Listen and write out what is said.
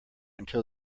until